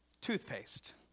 toothpaste